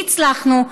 והצלחנו.